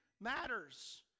matters